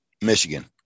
Michigan